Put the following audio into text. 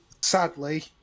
sadly